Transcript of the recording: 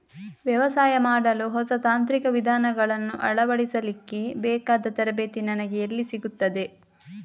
ವ್ಯವಸಾಯ ಮಾಡಲು ಹೊಸ ತಾಂತ್ರಿಕ ವಿಧಾನಗಳನ್ನು ಅಳವಡಿಸಲಿಕ್ಕೆ ಬೇಕಾದ ತರಬೇತಿ ನನಗೆ ಎಲ್ಲಿ ಸಿಗುತ್ತದೆ?